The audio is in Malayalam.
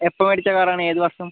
എപ്പോൾ മേടിച്ച കാറാണ് ഏതു വർഷം